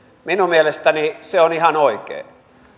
minun mielestäni se on ihan oikein